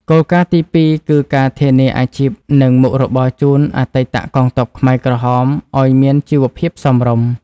គោលការណ៍ទីពីរ គឺការធានាអាជីព និងមុខរបរជូនអតីតកងទ័ពខ្មែរក្រហមឱ្យមានជីវភាពសមរម្យ។